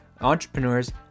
entrepreneurs